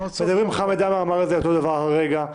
חמד עמאר אמר אותו דבר הרגע.